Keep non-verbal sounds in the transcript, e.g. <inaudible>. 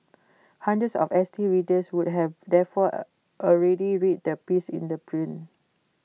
hundreds of S T readers would have therefore <hesitation> already read the piece in the print